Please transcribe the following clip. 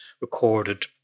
recorded